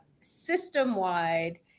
system-wide